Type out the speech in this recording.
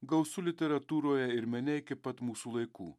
gausu literatūroje ir mene iki pat mūsų laikų